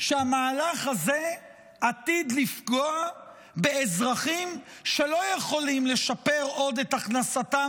שהמהלך הזה עתיד לפגוע באזרחים שלא יכולים לשפר עוד את הכנסתם